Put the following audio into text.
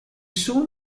soon